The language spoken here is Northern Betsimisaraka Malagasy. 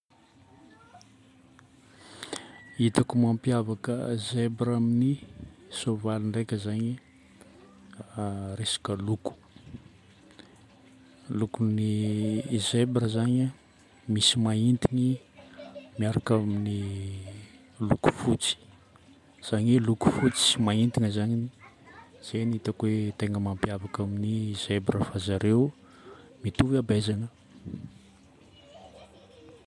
Hitako mampiavaka zebra amin'ny soavaly ndraika zagny: resaka loko. Lokon'ny zebra zagny misy mahintiny miaraka amin'ny loko fotsy. Zany hoe loko fotsy sy mahintigna zagny, izay no hitako hoe tegna mampiavaka ny zebra fa zareo mitovy habiazagna.